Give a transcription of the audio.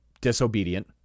disobedient